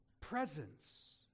presence